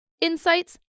insights